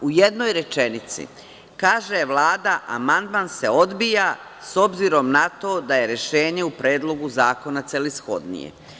U jednoj rečenici kaže Vlada – amandman se odbija s obzirom na to da je rešenje u Predlogu zakona celishodnije.